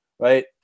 Right